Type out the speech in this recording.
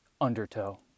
undertow